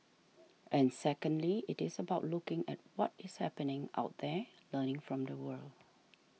and secondly it is about looking at what is happening out there learning from the world